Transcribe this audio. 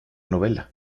novela